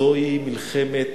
זוהי מלחמת